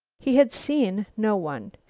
he had seen no one.